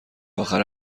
آخر